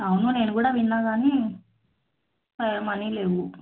అవును నేను కూడా విన్నా కానీ మనీ లేవు